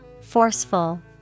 Forceful